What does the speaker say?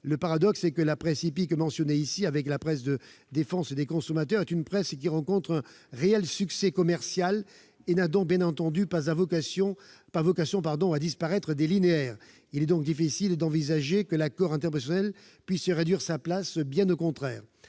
Le paradoxe est que la presse hippique mentionnée ici, avec la presse de défense des consommateurs, rencontre un réel succès commercial et n'a donc bien entendu pas vocation à disparaître des linéaires. Il est donc difficile d'envisager que l'accord interprofessionnel puisse réduire sa place, bien au contraire.